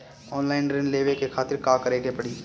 Online ऋण लेवे के खातिर का करे के पड़ी?